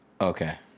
okay